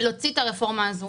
להוציא את הרפורמה הזו.